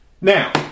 Now